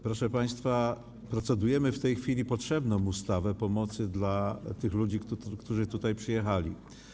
Proszę państwa, procedujemy w tej chwili nad potrzebną ustawą o pomocy dla tych ludzi, którzy tutaj przyjechali.